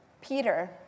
Peter